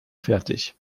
fertig